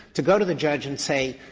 to go to the judge and say,